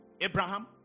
Abraham